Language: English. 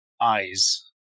eyes